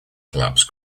collapsed